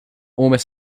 almost